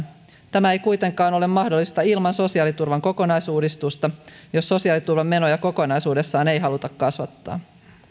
tämä ei kuitenkaan ole mahdollista ilman sosiaaliturvan kokonaisuudistusta jos sosiaaliturvan menoja kokonaisuudessaan ei haluta kasvattaa